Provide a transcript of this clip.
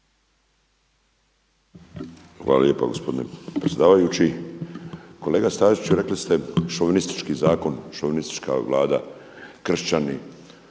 Hvala lijepo gospodine predsjedavajući. Kolega Staziću rekli ste šovinistički zakon, šovinistička vlada, kršćani,